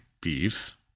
beef